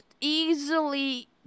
easily